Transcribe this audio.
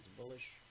bullish